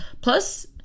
plus